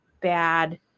bad